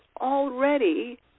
already